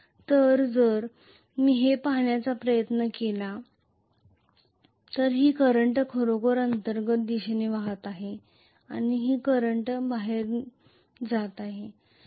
तर जर मी हे पाहण्याचा प्रयत्न केला तर ही करंट खरोखरच अंतर्गत दिशेने जात आहे आणि ही करंट बाहेरून जात आहे